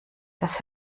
das